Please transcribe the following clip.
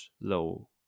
low